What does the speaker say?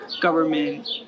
Government